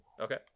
Okay